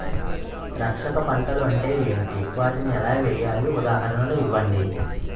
రక్షక పంటలు అంటే ఏంటి? వాటిని ఎలా వేయాలి? ఉదాహరణలు ఇవ్వండి?